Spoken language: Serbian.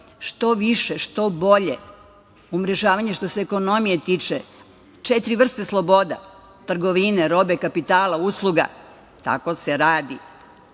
što više, što bolje umrežavanje što se ekonomije tiče. Četiri vrste slobode, trgovine, robe, kapitala, usluga. Tako se